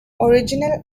original